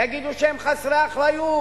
יגידו שהם חסרי אחריות,